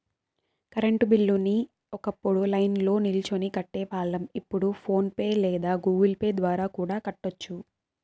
current బిల్లుని ఒకప్పుడు లైన్ల్నో నిల్చొని కట్టేవాళ్ళం, ఇప్పుడు ఫోన్ పే లేదా గుగుల్ పే ద్వారా కూడా కట్టొచ్చు